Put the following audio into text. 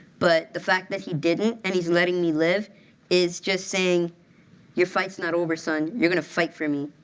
but the fact that he didn't and he's letting me live is just saying your fight's not over, son. you're going to fight for me.